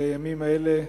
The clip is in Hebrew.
והימים האלה,